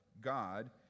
God